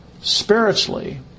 spiritually